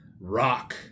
rock